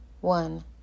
One